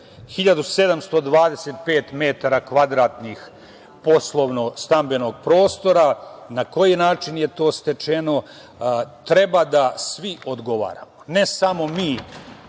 1.725 metara kvadratnih stambeno poslovnog prostora, na koji način je to stečeno? Treba da svi odgovaramo, ne samo mi